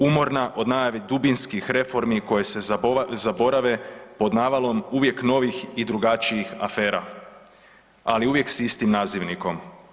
Umorna od najave dubinskih reformi koje se zaborave pod navalom uvijek novih i drugačijih afera, ali uvijek s tim nazivnikom.